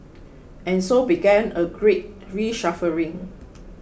and so began a great reshuffling